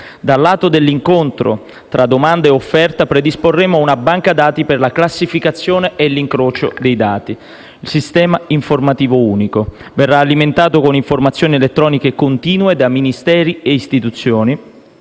Dal lato dell'incontro tra domanda e offerta predisporremo una banca dati per la classificazione e l'incrocio dei dati. Il sistema informativo unico verrà alimentato con informazioni elettroniche continue da Ministeri e istituzioni,